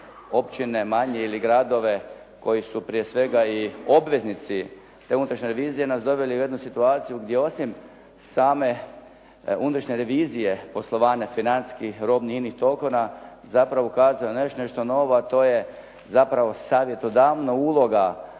općine manje ili gradove koji su prije svega i obveznici te unutrašnje revizije nas doveli u jednu situaciju gdje osim same unutrašnje revizije poslovanja financijskih, robnih i inih …/Govornik se ne razumije./… zapravo ukazuje na nešto novo a to je zapravo savjetodavna uloga